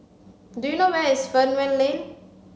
do you know where is Fernvale Lane